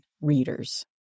readers